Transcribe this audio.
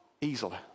Easily